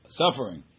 suffering